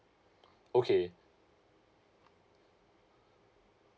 okay